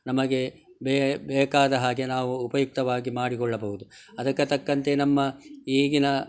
ನಮಗೆ ಬೇಕಾದ ಹಾಗೆ ನಾವು ಉಪಯುಕ್ತವಾಗಿ ಮಾಡಿಕೊಳ್ಳಬಹುದು ಅದಕ್ಕೆ ತಕ್ಕಂತೆ ನಮ್ಮ ಈಗಿನ